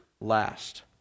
last